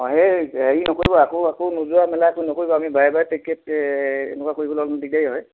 অঁ সেই হেৰি নকৰিব আকৌ আকৌ নোযোৱা মেলা একো নকৰিব আমি বাৰে বাৰে টিকেট এনেকুৱা কৰিববলৈ অলপ দিগদাৰী হয়